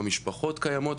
המשפחות קיימות,